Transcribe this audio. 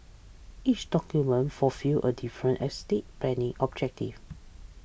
each document fulfils a different estate planning objective